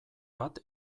bat